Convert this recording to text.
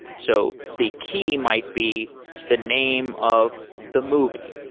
so the key might be the name of the movie.